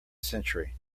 century